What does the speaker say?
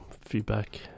feedback